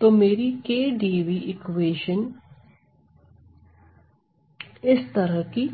तो मेरी KdV equation इस तरह की